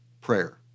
prayer